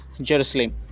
Jerusalem